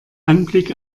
anblick